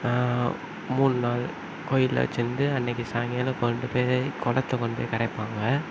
மூணு நாள் கோயிலில் வச்சியிருந்து அன்னைக்கு சாயங்காலம் கொண்டு போய் குளத்துல கொண்டு போய் கரைப்பாங்க